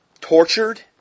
Tortured